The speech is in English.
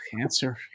Answer